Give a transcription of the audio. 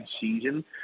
season